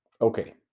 okay